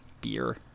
beer